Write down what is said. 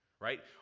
right